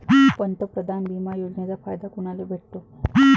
पंतप्रधान बिमा योजनेचा फायदा कुनाले भेटतो?